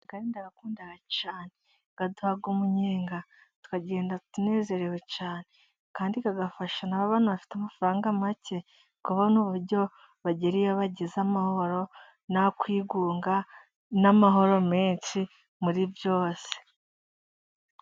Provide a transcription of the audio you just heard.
Amagare ndayakunda cyane , aduha umunyenga , tukagenda tunezerewe cyane . Kandi agafasha na ba bantu bafite amafaranga make , kubona uburyo bagere iyo bagiye amahoro , nta kwigunga , n'amahoro menshi muri byose.